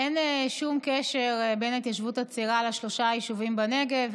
אין שום קשר בין ההתיישבות הצעירה לשלושה יישובים בנגב.